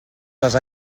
les